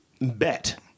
bet